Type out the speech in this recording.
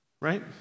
right